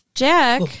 Jack